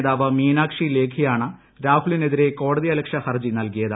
നേതാവ് മീനാക്ഷി ലേഖിയാണ് രാഹുലിനെതിരെ കോടതി അലക്ഷ്യ ഹർജി നൽകിയത്